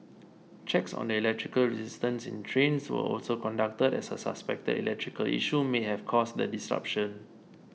checks on the electrical resistance in trains were also conducted as a suspected electrical issue may have caused the disruption